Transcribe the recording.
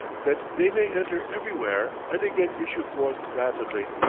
that they may enter everywhere and again issue forth rapidly.